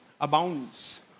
abounds